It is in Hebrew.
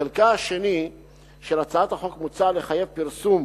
בחלקה השני של הצעת החוק מוצע לחייב פרסום